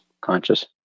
conscious